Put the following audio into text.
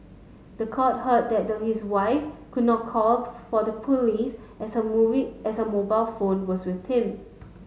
the court heard that his wife could not call for the police as her movie as her mobile phone was with him